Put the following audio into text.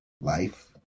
life